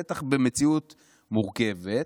בטח במציאות מורכבת,